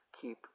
keep